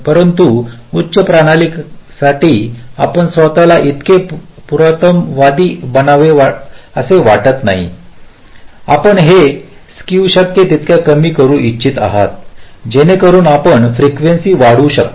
परंतु उच्च कार्यप्रणालीसाठी आपण स्वत ला इतके पुराणमतवादी बनावे असे वाटत नाही आपण हे स्केव शक्य तितक्या कमी करू इच्छित आहात जेणेकरून आपण फ्रीकेंसीता वाढवू शकता